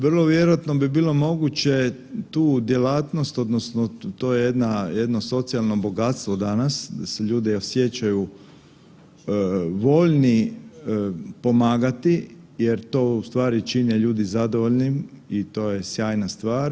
Vrlo vjerojatno bi bilo moguće tu djelatnost odnosno to je jedna, jedno socijalno bogatstvo danas da se ljudi osjećaju voljni pomagati jer to u stvari čine ljudi zadovoljni i to je sjajna stvar.